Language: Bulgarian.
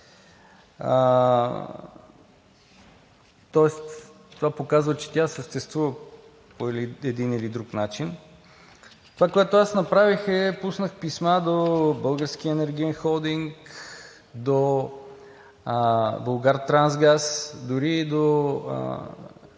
това показва, че тя съществува по един или друг начин. Онова, което направих – пуснах писма до Българския енергиен холдинг, до „Булгартрансгаз“, дори и